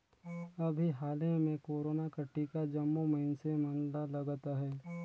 अभीं हाले में कोरोना कर टीका जम्मो मइनसे मन ल लगत अहे